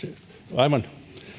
aivan